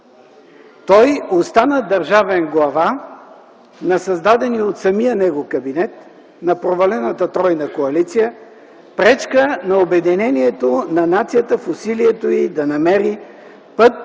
Той остана държавен глава на създадения от самия него кабинет на провалената тройна коалиция, пречка на обединението на нацията в усилието й да намери път